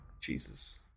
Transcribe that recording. Jesus